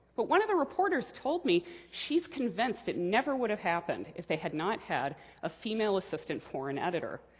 but one of the reporters told me she's convinced it never would have happened if they had not had a female assistant foreign editor,